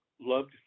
Loved